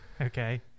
Okay